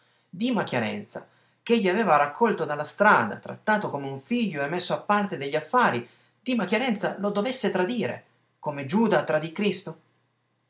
dima chiarenza ch'egli aveva raccolto dalla strada trattato come un figliuolo e messo a parte degli affari dima chiarenza lo dovesse tradire come giuda tradì cristo